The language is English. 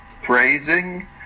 phrasing